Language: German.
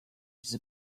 diese